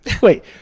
Wait